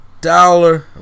dollar